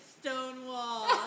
Stonewall